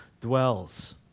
dwells